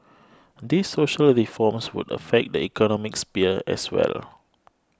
these social reforms would affect the economic sphere as well